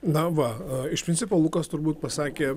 na va iš principo lukas turbūt pasakė